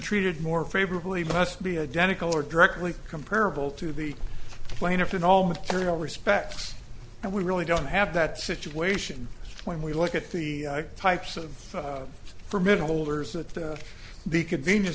treated more favorably must be identical or directly comparable to the plaintiff in all material respects and we really don't have that situation when we look at the types of for middlers that the convenien